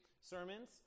sermons